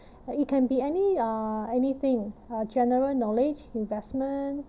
it can be any uh anything uh general knowledge investment